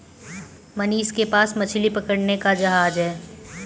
मनीष के पास मछली पकड़ने का जहाज है